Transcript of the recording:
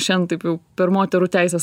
šiandien taip jau per moterų teises